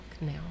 now